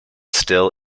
still